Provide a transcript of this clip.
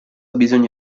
bisogna